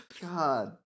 god